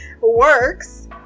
works